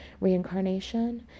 reincarnation